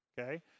okay